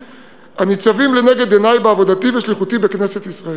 הניצבים לנגד עיני בעבודתי ושליחותי בכנסת ישראל.